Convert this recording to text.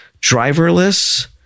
driverless